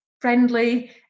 friendly